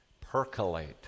percolate